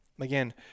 Again